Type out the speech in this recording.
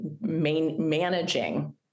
managing